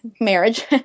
marriage